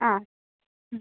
ആ മ്